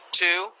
two